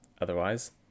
Otherwise